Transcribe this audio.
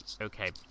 okay